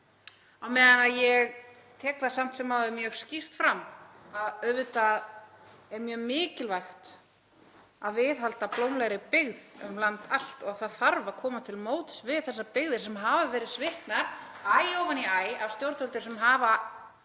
fyrirtækja. Ég tek það samt sem áður mjög skýrt fram að auðvitað er mjög mikilvægt að viðhalda blómlegri byggð um land allt og það þarf að koma til móts við þessar byggðir sem hafa verið sviknar æ ofan í æ af stjórnvöldum sem hafa